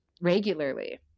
regularly